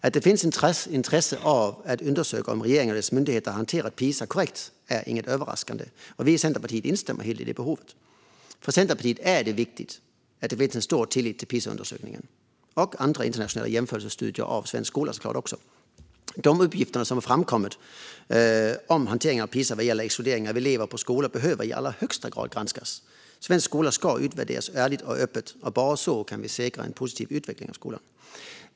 Att det finns intresse av att undersöka om regeringen och dess myndigheter hanterat PISA korrekt är inget överraskande. Vi i Centerpartiet instämmer helt i det behovet. För Centerpartiet är det viktigt att det finns en stor tillit till PISA-undersökningen, och såklart också andra internationella jämförelsestudier av svensk skola. De uppgifter som har framkommit om hanteringen av PISA vad gäller exkludering av elever på skolor behöver i allra högsta grad granskas. Svensk skola ska utvärderas ärligt och öppet. Bara så kan vi säkra en positiv utveckling av skolan.